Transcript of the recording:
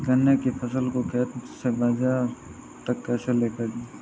गन्ने की फसल को खेत से बाजार तक कैसे लेकर जाएँ?